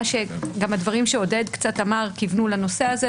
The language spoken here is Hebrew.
גם הדברים שעודד קצת אמר כיוונו לנושא הזה.